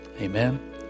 Amen